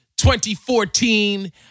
2014